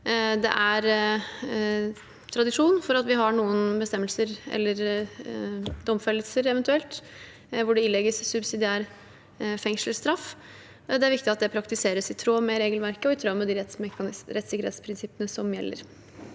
Det er tradisjon for at vi har noen bestemmelser – eller domfellelser, eventuelt – hvor det ilegges subsidiær fengselsstraff, og det er viktig at det praktiseres i tråd med regelverket og med de rettssikkerhetsprinsippene som gjelder.